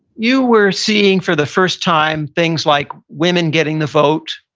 you were seeing for the first time things like women getting the vote,